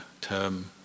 term